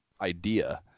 idea